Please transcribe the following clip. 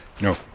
No